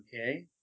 Okay